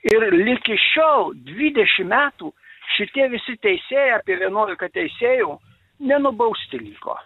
ir ligi šiol dvidešim metų šitie visi teisėjai apie vienuolika teisėjų nenubausti liko